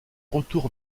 retour